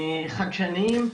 חדשניים.